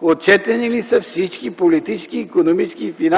отчетени ли са всички политически, икономически и